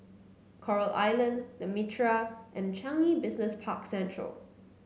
Coral Island The Mitraa and Changi Business Park Central